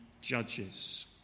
judges